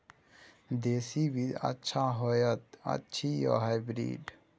देसी बीज अच्छा होयत अछि या हाइब्रिड?